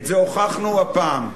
את זה הוכחנו הפעם.